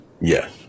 Yes